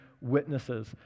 witnesses